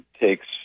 takes